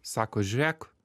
sako žiūrėk